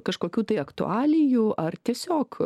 kažkokių tai aktualijų ar tiesiog